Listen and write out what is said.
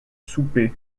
souper